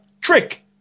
trick